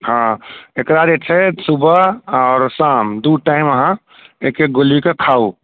हँ एकरा जे छै सुबह आओर शाम दू टाइम अहाँ एक एक गोलीके खाउ